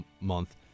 month